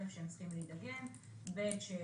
הראשון, שהם צריכים להידגם, השני,